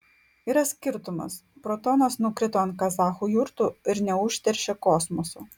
yra skirtumas protonas nukrito ant kazachų jurtų ir neužteršė kosmoso